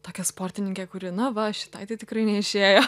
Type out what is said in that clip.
tokia sportininkė kuri na va šitai tai tikrai neišėjo